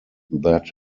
that